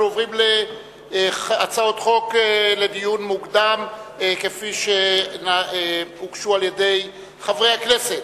אנחנו עוברים להצעות חוק לדיון מוקדם שהוגשו על-ידי חברי הכנסת,